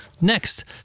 Next